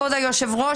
כבוד היושב-ראש,